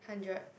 hundred